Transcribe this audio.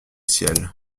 ciel